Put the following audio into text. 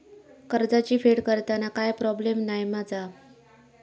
कर्जाची फेड करताना काय प्रोब्लेम नाय मा जा?